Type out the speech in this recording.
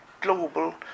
global